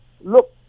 look